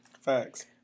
Facts